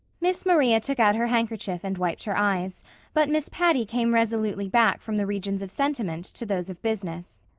miss maria took out her handkerchief and wiped her eyes but miss patty came resolutely back from the regions of sentiment to those of business.